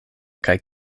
kaj